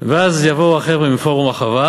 ואז יבואו החבר'ה מפורום החווה